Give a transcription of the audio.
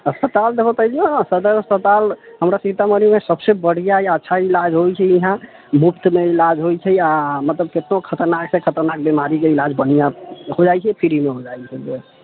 अस्पताल दखबऽ तऽ एहियऽ नऽ सदर अस्पताल हमरा सीतामढ़ी मे सभसे बढ़िऑं या अच्छा इलाज होइ छै इहाँ मुफ्त मे इलाज होइ छै आ मतलब कतबो खतरनाकसँ खतरनाक बीमारीके इलाज बढ़िऑं हो जाइ छै फ्री मे हो जाइ हय